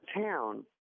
town